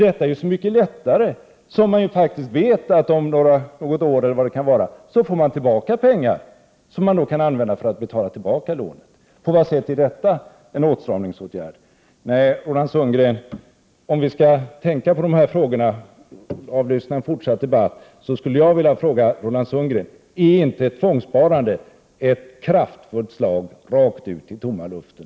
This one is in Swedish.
Detta är ju så mycket enklare, då medborgarna faktiskt vet att om något år eller så får de tillbaka pengar som de kan använda för att betala tillbaka lånet. På vad sätt är detta en åtstramningsåtgärd, Roland Sundgren? För den fortsatta debatten skulle jag vilja att Roland Sundgren svarade på frågan: Är inte ett tvångssparande ett kraftfullt slag rakt ut i tomma luften?